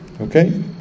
Okay